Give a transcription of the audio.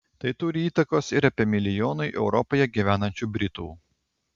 tai turi įtakos ir apie milijonui europoje gyvenančių britų